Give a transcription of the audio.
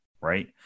Right